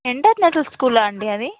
international స్కూలా అండి అది